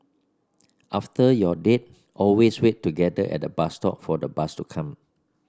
after your date always wait together at the bus stop for the bus to come